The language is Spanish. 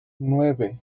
nueve